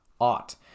ought